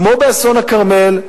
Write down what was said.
כמו באסון הכרמל,